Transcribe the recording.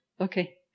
Okay